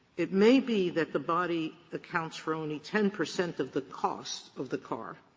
it may be that the body accounts for only ten percent of the cost of the car,